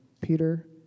Peter